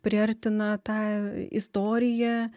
priartina tą istoriją